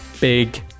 Big